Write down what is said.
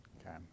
Okay